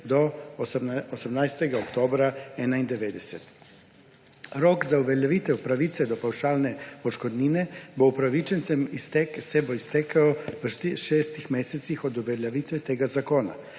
do 18. oktobra 1991. Rok za uveljavitev pravice do pavšalne odškodnine se bo upravičencem iztekel v šestih mesecih od uveljavitve tega zakona.